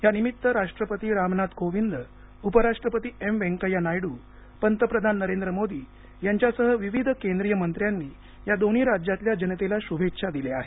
या निमित्त राष्ट्रपती रामनाथ कोविंद उपराष्ट्रपती एम व्यंकय्या नायडू पंतप्रधान नरेंद्र मोदी यांच्यासह विविध केंद्रीय मंत्र्यांनी या दोन्ही राज्यातल्या जनतेला शुभेच्छा दिल्या आहेत